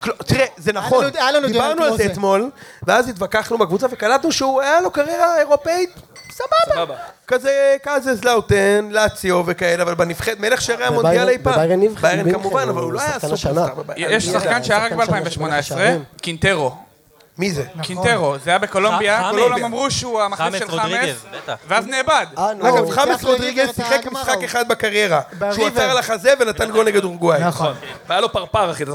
תראה, זה נכון, דיברנו על זה אתמול, ואז התווכחנו בקבוצה וקלטנו שהוא היה לו קריירה אירופאית סבבה. כזה קייזרסלאוטרן, לאציו וכאלה, אבל בנבחרת, מלך שערי המונדיאל אי פעם בבאיירן מינכן כמובן, אבל הוא לא היה סופרסטאר. יש שחקן שהיה רק ב-2018? קינטרו. מי זה? קינטרו, זה היה בקולומביה, כולם אמרו שהוא המחליף של חאמס, ואז נאבד. חאמס רודריגז שיחק משחק אחד בקריירה, שהוא עצר על החזה ונתן גול נגד אורוגוואי, נכון. והיה לו פרפר אחי.